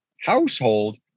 household